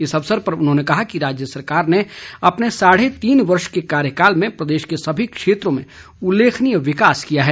इस अवसर पर उन्होंने कहा कि राज्य सरकार ने अपनी कार्यकाल के साढ़े तीन वर्ष के कार्यकाल में प्रदेश के सभी क्षेत्रों में उल्लेखनीय विकास किया है